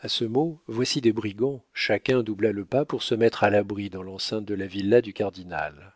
a ce mot voici des brigands chacun doubla le pas pour se mettre à l'abri dans l'enceinte de la villa du cardinal